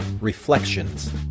Reflections